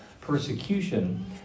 persecution